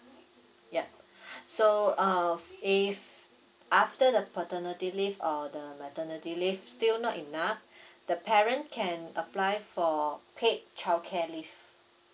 yup so uh if after the paternity leave or the maternity leave still not enough the parent can apply for paid childcare leave